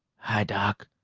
hi, doc.